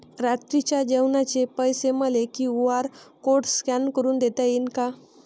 रात्रीच्या जेवणाचे पैसे मले क्यू.आर कोड स्कॅन करून देता येईन का?